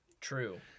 True